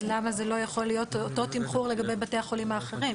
אז למה זה לא יכול להיות אותו תמחור לגבי בתי החולים האחרים?